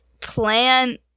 plan